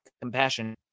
compassion